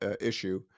issue